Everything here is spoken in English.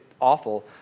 awful